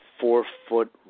four-foot